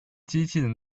机器人